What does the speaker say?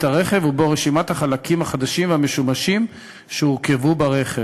הרכב ובו רשימת החלקים החדשים והמשומשים שהורכבו בו.